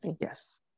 Yes